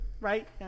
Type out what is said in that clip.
right